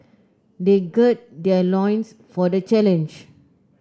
they gird their loins for the challenge